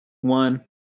one